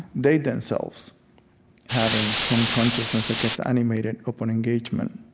they themselves having some consciousness i guess animated, open engagement.